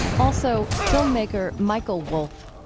also, filmmaker michael wolfe.